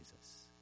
Jesus